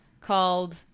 called